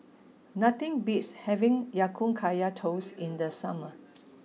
nothing beats having Ya Kun Kaya Toast in the summer